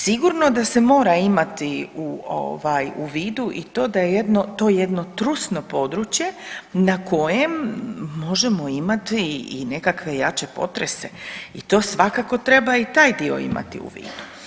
Sigurno da se mora imati u ovaj, u vidu i to da je to jedno trusno područje na kojem možemo imati i nekakve jače potrese i to svakako treba i taj dio imati u vidu.